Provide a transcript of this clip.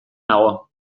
nago